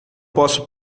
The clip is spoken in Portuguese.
posso